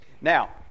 Now